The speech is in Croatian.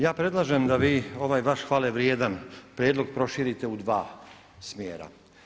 Ja predlažem da vi ovaj vaš hvalevrijedna prijedlog proširite u dva smjera.